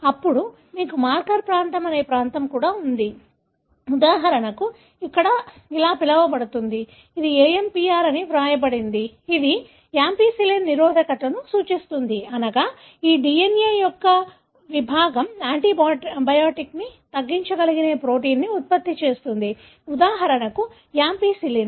అప్పుడు మీకు మార్కర్ ప్రాంతం అనే ప్రాంతం కూడా ఉంది ఉదాహరణకు ఇక్కడ ఇలా పిలువబడుతుంది ఇది AMPR అని వ్రాయబడింది ఇది యాంపిసిలిన్ నిరోధకతను సూచిస్తుంది అనగా ఈ DNA విభాగం యాంటీబయాటిక్ను తగ్గించగల ప్రోటీన్ను ఉత్పత్తి చేస్తుంది ఉదాహరణకు యాంపిసిలిన్